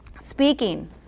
speaking